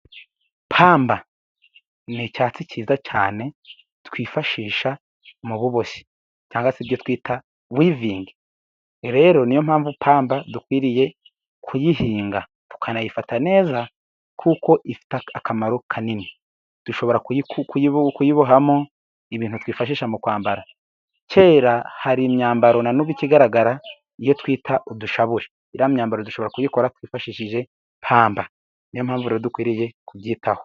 Pamba ni icyatsi cyiza cyane, twifashisha mu buboshyi, cyangwa se ibyo twita wivingi. Rero niyo mpamvu pamba dukwiriye kuyihinga, tukanayifata neza, kuko ifite akamaro kanini. Dushobora kuyibohamo ibintu twifashisha mu kwambara. Kera hari imyambaro na n'ubu ikigaragara iyo twita udushabure, iriya myambaro dushobora kuyikora twifashishije pamba. Niyo mpamvu rero dukwiriye kubyitaho.